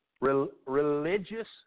Religious